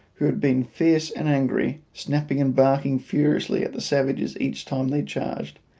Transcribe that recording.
who had been fierce and angry, snapping and barking furiously at the savages each time they charged,